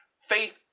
Faith